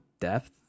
depth